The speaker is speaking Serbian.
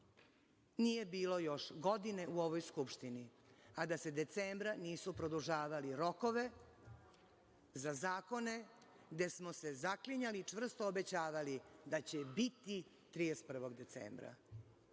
Nije bilo još godine u ovoj Skupštini, a da se decembra nisu produžavali rokovi za zakone gde smo se zaklinjali i čvrsto obećavali da će biti 31. decembra.